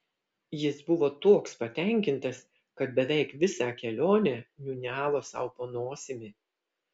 jis buvo toks patenkintas kad beveik visą kelionę niūniavo sau po nosimi